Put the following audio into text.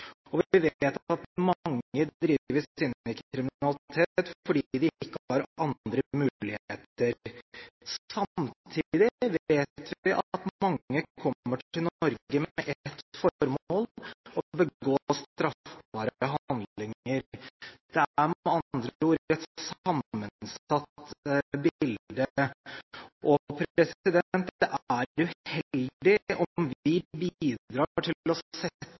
ikke har andre muligheter. Samtidig vet vi at mange kommer til Norge med ett formål – å begå straffbare handlinger. Det er med andre ord et sammensatt bilde, og det er uheldig om vi bidrar til å sette